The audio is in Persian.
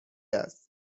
است